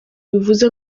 bivuze